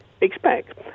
expect